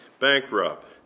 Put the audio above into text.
bankrupt